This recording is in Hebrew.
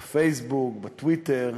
בפייסבוק, בטוויטר,